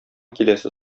киләсе